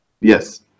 Yes